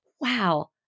wow